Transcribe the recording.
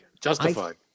Justified